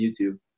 YouTube